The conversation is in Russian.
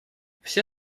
все